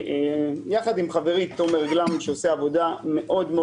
ביחד עם חברי תומר גלאם שעושה עבודה טובה מאוד,